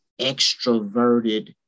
extroverted